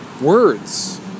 words